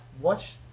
watch